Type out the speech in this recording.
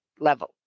level